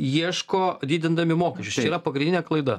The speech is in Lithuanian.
ieško didindami mokesčius čia yra pagrindinė klaida